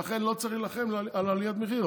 ולכן לא צריך להילחם על עליית המחיר.